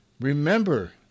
Remember